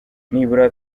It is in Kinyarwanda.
nibura